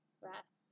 rest